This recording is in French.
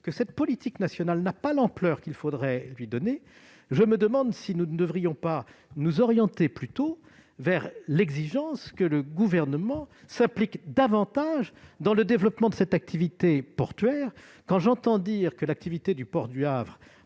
que celle-ci n'a pas l'ampleur qu'il faudrait lui donner, je me demande si nous ne devrions pas nous orienter plutôt vers l'exigence que le Gouvernement s'implique davantage dans le développement de cette activité portuaire. Quand j'entends dire que l'activité du port du Havre